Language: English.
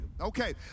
Okay